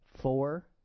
four